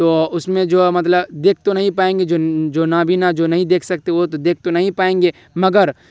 تو اس میں جو ہے مطلب دیکھ تو نہیں پائیں گے جو نابینا جو نہیں دیکھ سکتے وہ تو دیکھ تو نہیں پائیں گے مگر